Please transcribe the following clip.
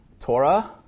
Torah